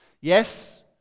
Yes